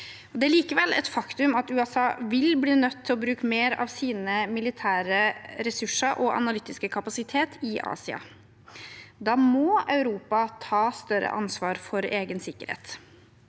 Det er likevel et faktum at USA vil bli nødt til å bruke mer av sine militære ressurser og sin analytiske kapasitet i Asia. Da må Europa ta større ansvar for egen sikkerhet.